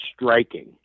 striking